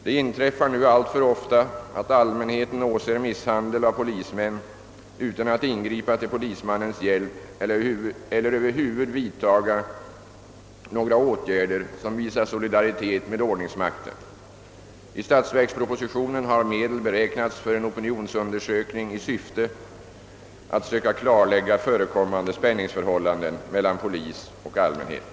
Det inträffar nu alltför ofta att allmänheten åser misshandel av polismän utan att ingripa till polismannens hjälp eller över huvud vidta några åtgärder som visar solidaritet med ordningsmakten. I statsverkspropositionen har medel beräknats för en opinionsundersökning i syfte att söka klarlägga förekommande spänningsförhållanden mellan polis och allmänhet.